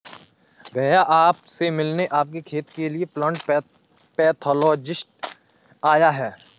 भैया आप से मिलने आपके खेत के लिए प्लांट पैथोलॉजिस्ट आया है